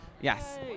Yes